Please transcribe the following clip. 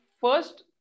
first